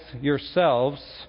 yourselves